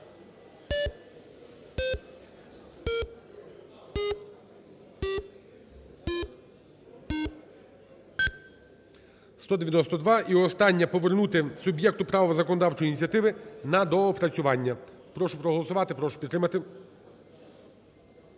За-192 І останнє. Повернути суб'єкту право законодавчої ініціативи на доопрацювання. Прошу проголосувати. Прошу підтримати.